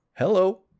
hello